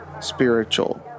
spiritual